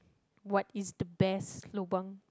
what is the best lobang